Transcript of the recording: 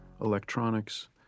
Electronics